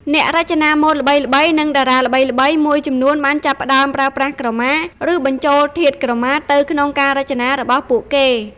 អ្នករចនាម៉ូដល្បីៗ និងតារាល្បីៗមួយចំនួនបានចាប់ផ្តើមប្រើប្រាស់ក្រមា ឬបញ្ចូលធាតុក្រមាទៅក្នុងការរចនារបស់ពួកគេ។